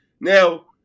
Now